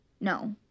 no